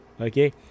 okay